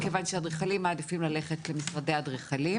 כיוון שאדריכלים מעדיפים ללכת למשרדי אדריכלים.